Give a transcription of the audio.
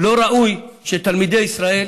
לא ראוי שתלמידי ישראל